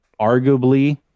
arguably